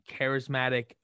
charismatic